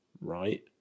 right